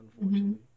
unfortunately